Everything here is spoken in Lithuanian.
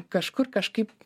kažkur kažkaip